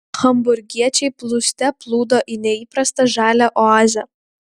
hamburgiečiai plūste plūdo į neįprastą žalią oazę